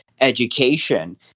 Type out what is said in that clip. education